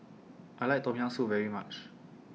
I like Tom Yam Soup very much